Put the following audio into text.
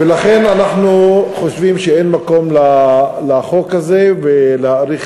ולכן אנחנו חושבים שאין מקום לחוק הזה ולהאריך